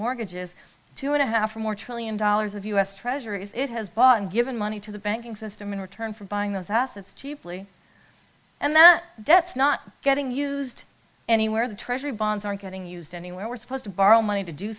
mortgages two and a half or more trillion dollars of u s treasuries it has bought and given money to the banking system in return for buying those assets cheaply and that debts not getting used anywhere the treasury bonds aren't getting used anywhere we're supposed to borrow money to do